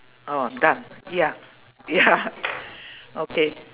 oh done ya ya okay